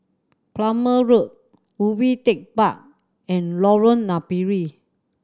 Palmer Road Ubi Tech Park and Lorong Napiri